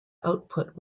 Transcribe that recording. output